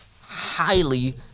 Highly